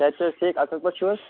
صحت چھَ ٹھیٖک اَصٕل پٲٹھۍ چھِو حظ